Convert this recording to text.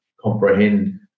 comprehend